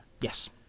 Yes